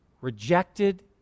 rejected